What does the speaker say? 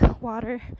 water